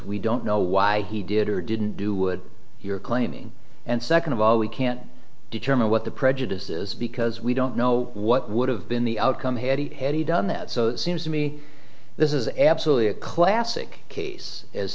we don't know why he did or didn't do would you're claiming and second of all we can't determine what the prejudice is because we don't know what would have been the outcome had he done that so seems to me this is absolutely a classic case as